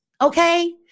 okay